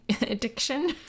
addiction